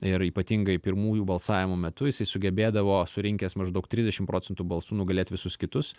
ir ypatingai pirmųjų balsavimų metu jisai sugebėdavo surinkęs maždaug trisdešimt procentų balsų nugalėt visus kitus